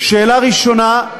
שאלה ראשונה: